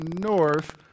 north